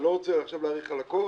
אני לא רוצה עכשיו להאריך על הכול.